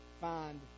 find